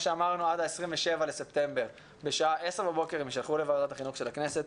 עד 27 בספטמבר בשעה עשר בבוקר הן יישלחו לוועדת החינוך של הכנסת.